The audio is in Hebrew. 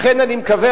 לכן אני מקווה,